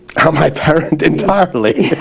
how my parents, entirely.